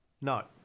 No